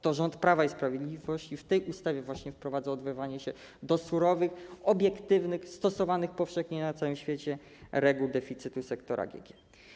To rząd Prawa i Sprawiedliwość w tej ustawie właśnie wprowadza odwoływanie się do surowych, obiektywnych, stosowanych powszechnie na całym świecie reguł deficytu sektora GG.